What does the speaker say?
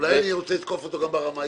אולי אני רוצה לתקוף אותו גם ברמה האישית?